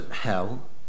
hell